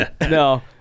No